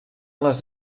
les